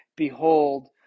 behold